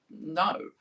No